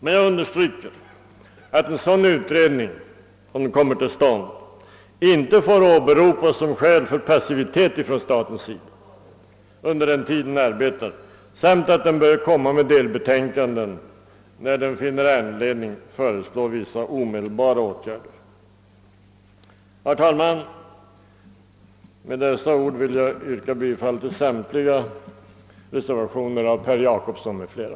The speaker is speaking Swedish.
Men jag understryker att en sådan utredning, om den kommer till stånd, inte får åberopas som skäl för passivitet från statens sida under den tid den arbetar samt att den bör framlägga delbetänkanden när den finner anledning föreslå vissa omedelbara åtgärder. Herr talman! Med dessa ord vill jag yrka bifall till samtliga reservationer av herr Per Jacobsson m.fl.